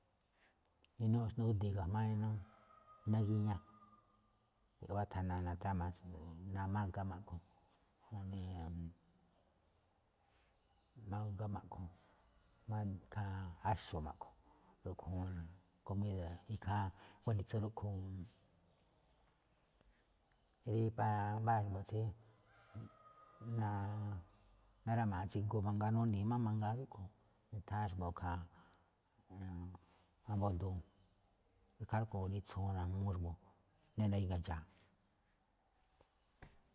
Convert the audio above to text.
Inúu xndúdii ga̱jma̱á iná iná gíñá, iꞌwá thana natrama tsu̱du̱u̱, tháan mágá máꞌ a̱ꞌkhue̱n ja̱ꞌnee mágá máꞌ a̱ꞌkhue̱n iꞌkha̱a̱ áxo̱ máꞌ a̱ꞌkhue̱n, rúꞌkhue̱n juun rí komída̱ ikhaa gunitsu rúꞌkhue̱n juun. rí para mbáa xa̱bo̱ tsí naráma̱a̱ꞌ tsiguu mangaa, nuni̱i̱ máꞌ mangaa rúꞌkhue̱n, itháán xa̱bo̱ ikhaa, ambóo duun ikhaa rúꞌkhue̱n ñajuun gunitsuu najmúú xa̱bo̱, ná naríga̱ ndxa̱a̱.